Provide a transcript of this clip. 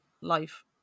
life